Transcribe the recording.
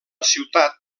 ciutat